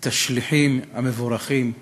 את השליחים המבורכים,